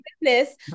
business